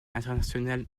internationale